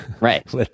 Right